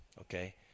okay